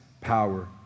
power